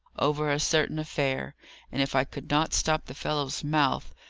over a certain affair and if i could not stop the fellow's mouth,